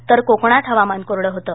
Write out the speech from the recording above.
तर कोकणात हवामान कोरडं होतं